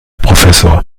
professor